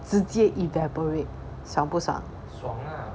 直接 evaporate 爽不爽